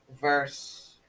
verse